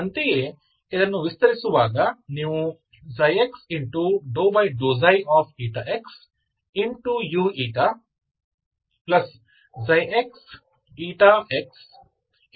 ಅಂತೆಯೇ ಇದನ್ನು ವಿಸ್ತರಿಸುವಾಗ ನೀವು ξxxu ξxxuξη ಅನ್ನು ಪಡೆಯುತ್ತೀರಿ